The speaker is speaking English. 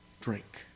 drink